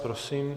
Prosím.